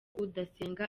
udasenga